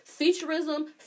Featurism